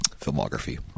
filmography